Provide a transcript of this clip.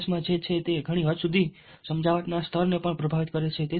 સંદેશમાં જે છે તે ઘણી હદ સુધી સમજાવટના સ્તરને પણ પ્રભાવિત કરે છે